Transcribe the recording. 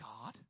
God